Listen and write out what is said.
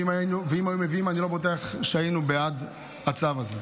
ואם היו מביאים אני לא בטוח שהיינו בעד הצו הזה.